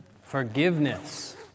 Forgiveness